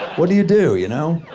what do you do, you know?